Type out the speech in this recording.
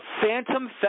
phantom